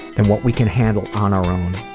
and what we can handle on our own